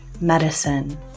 medicine